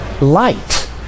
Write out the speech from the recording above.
light